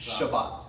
Shabbat